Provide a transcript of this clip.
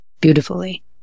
beautifully